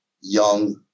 young